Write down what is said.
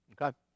okay